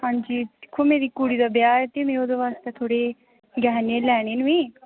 हांजी दिक्खो मेरी कुड़ी दा ब्याह ऐ ते नी ओह्दे वास्ते थोह्ड़े गैहने लैने न मीं